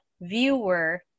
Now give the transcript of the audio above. viewer